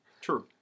True